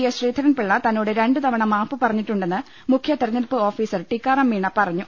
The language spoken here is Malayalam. എസ് ശ്രീധരൻ പിള്ള തന്നോട് രണ്ടുതവണ മാപ്പ് പറഞ്ഞിട്ടുണ്ടെന്ന് മുഖ്യ തെരഞ്ഞെടുപ്പ് ഓഫീസർ ടിക്കാറാം മീണ പറഞ്ഞു